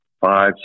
five